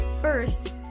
First